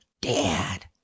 Dad